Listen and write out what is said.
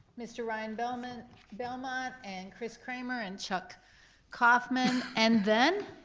mr. ryan bellmont bellmont and chris kramer and chuck kaufman, and then,